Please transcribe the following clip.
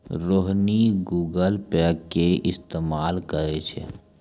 Rohini Google pay के इस्तेमाल करै छै